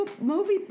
movie